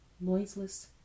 noiseless